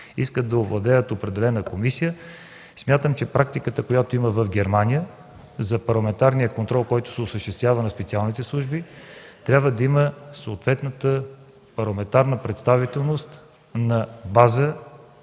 искат да овладеят определена комисия. Смятам, че практиката, която има в Германия за парламентарния контрол, който се осъществява на специалните служби, трябва да има съответната парламентарна представителност на база